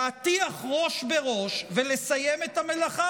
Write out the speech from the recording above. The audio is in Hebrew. להטיח ראש בראש ולסיים את המלאכה,